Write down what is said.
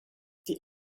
die